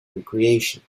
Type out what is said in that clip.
recreation